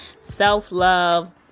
Self-love